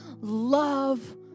love